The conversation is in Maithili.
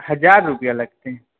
हजार रुपआ लागतै